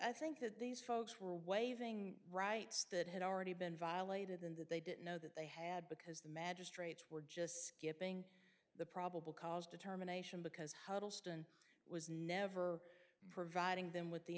i think that these folks were waving rights that had already been violated in that they didn't know that they had because the magistrates were just skipping the probable cause determination because huddleston was never providing them with the